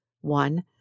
one